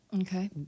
Okay